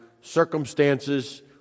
circumstances